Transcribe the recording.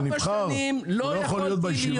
ארבע שנים לא יכולתי להיות,